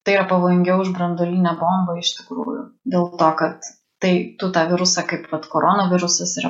tai yra pavojingiau už branduolinę bombą iš tikrųjų dėl to kad tai tu tą virusą kaip vat koronavirusas yra